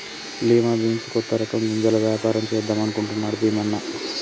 lima beans కొత్త రకం గింజల వ్యాపారం చేద్దాం అనుకుంటున్నాడు భీమన్న